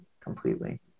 Completely